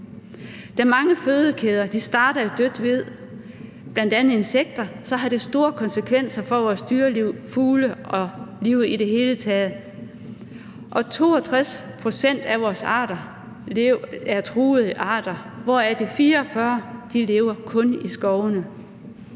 Da mange fødekæder starter i dødt ved, bl.a. insekter, har det store konsekvenser for vores dyreliv, for fugle og for liv i det hele taget. Og 62 pct. af vores arter er truede arter, hvoraf de 44 kun lever i skovene.